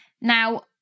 Now